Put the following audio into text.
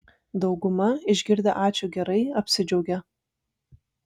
dauguma išgirdę ačiū gerai apsidžiaugia